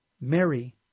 Mary